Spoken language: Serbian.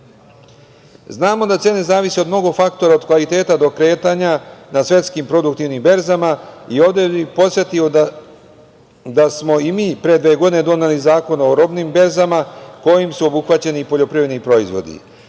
da cene zavise od mnogo faktora, od kvaliteta do kretanja na svetskim produktivnim berzama. Ovde bih podsetio da smo i mi pre dve godine doneli Zakon o robnim berzama kojim su obuhvaćeni i poljoprivredni proizvodi. Državna